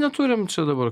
neturim čia dabar